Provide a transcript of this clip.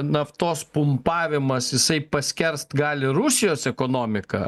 naftos pumpavimas jisai paskerst gali rusijos ekonomiką